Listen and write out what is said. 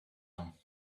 are